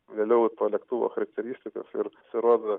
vėliau to lėktuvo charakteristikos ir pasirodo